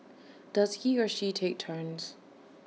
does he or she take turns